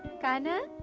kanha!